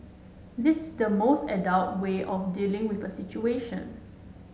this is the most adult way of dealing with a situation